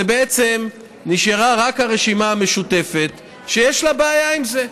בעצם נשארה רק הרשימה המשותפת שיש לה בעיה עם זה.